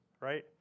right